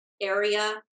area